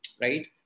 right